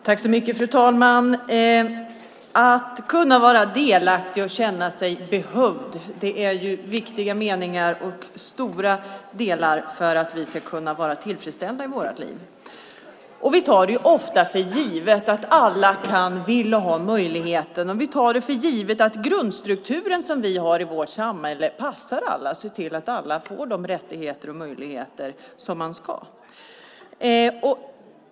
Fru talman! Att kunna vara delaktig och känna sig behövd är viktigt och av stor betydelse för att vi ska kunna vara tillfredsställda i våra liv, och vi tar ofta för givet att alla kan, vill och har möjligheten. Vi tar det också för givet att den grundstruktur som vi har i vårt samhälle passar alla och ser till att alla får de rättigheter och möjligheter som de ska.